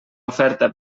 oferta